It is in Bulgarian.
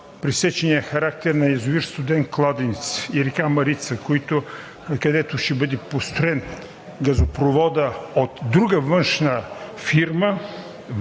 пресечения характер на язовир „Студен кладенец“ и река Марица, където ще бъде построен газопроводът от друга външна фирма,